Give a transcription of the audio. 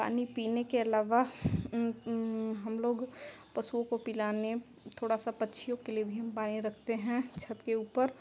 पानी पीने के अलावा हमलोग पशुओं को पिलाने थोड़ा सा पक्षियों के लिए भी हम पानी रखते हैं छत के ऊपर